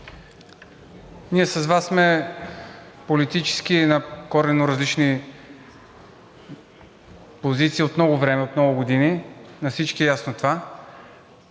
ние с Вас сме политически на коренно различни позиции от много време, от много години, на всички е ясно това,